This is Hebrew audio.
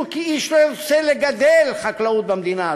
כי איש לא ירצה לגדל חקלאות במדינה הזו?